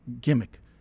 gimmick